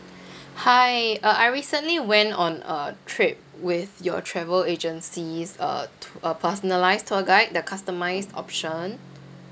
hi uh I recently went on a trip with your travel agency's uh to~ uh personalised tour guide the customised option